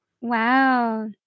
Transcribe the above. Wow